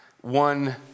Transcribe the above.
one